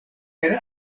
per